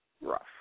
rough